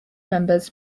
members